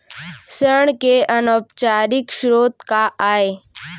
ऋण के अनौपचारिक स्रोत का आय?